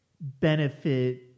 benefit